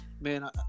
man